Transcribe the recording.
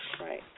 right